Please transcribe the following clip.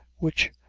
which,